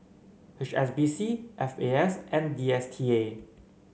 H S B C F A S and D S T A